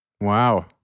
Wow